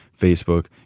Facebook